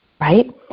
right